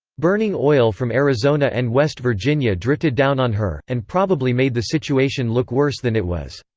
burning oil from arizona and west virginia drifted down on her, and probably made the situation look worse than it was.